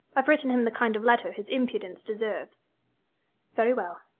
i've written him the kind of letter his impudence deserves very well.